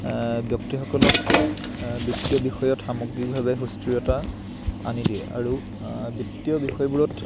ব্যক্তিসকলক বিত্তীয় বিষয়ত সামগ্ৰিকভাৱে সুস্থিৰতা আনি দিয়ে আৰু বিত্তীয় বিষয়বোৰত